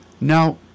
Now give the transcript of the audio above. Now